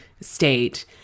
state